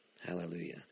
Hallelujah